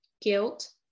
guilt